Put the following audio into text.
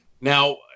Now